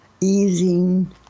easing